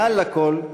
מעל לכול,